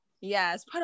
Yes